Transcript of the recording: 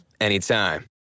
anytime